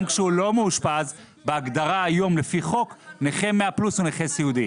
גם כשהוא לא מאושפז בהגדרה היום לפי חוק נכה 100 פלוס הוא נכה סיעודי.